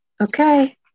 Okay